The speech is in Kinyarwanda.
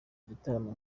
igitaramo